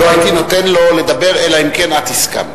לא הייתי נותן לו לדבר, אלא אם כן את הסכמת.